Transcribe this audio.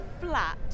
flat